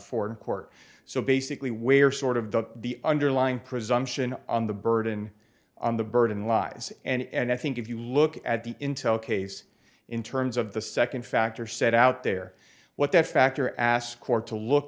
foreign court so basically where sort of the the underlying presumption on the burden on the burden lies and i think if you look at the intel case in terms of the second factor set out there what that factor ask or to look